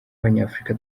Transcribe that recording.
abanyafurika